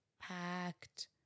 packed